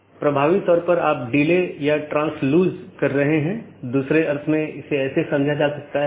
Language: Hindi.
यह केवल उन्हीं नेटवर्कों के विज्ञापन द्वारा पूरा किया जाता है जो उस AS में या तो टर्मिनेट होते हैं या उत्पन्न होता हो यह उस विशेष के भीतर ही सीमित है